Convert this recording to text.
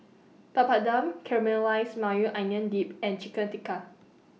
Papadum Caramelized Maui Onion Dip and Chicken Tikka